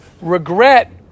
regret